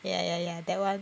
ya ya ya that one